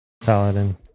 paladin